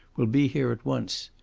will be here at once.